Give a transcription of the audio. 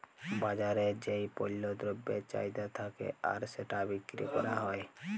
বাজারে যেই পল্য দ্রব্যের চাহিদা থাক্যে আর সেটা বিক্রি ক্যরা হ্যয়